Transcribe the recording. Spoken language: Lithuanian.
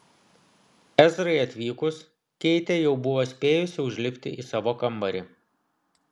ezrai atvykus keitė jau buvo spėjusi užlipti į savo kambarį